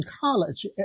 college